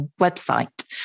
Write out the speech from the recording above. website